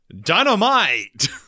dynamite